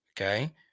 okay